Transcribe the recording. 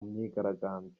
myigaragambyo